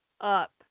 up